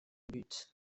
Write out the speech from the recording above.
but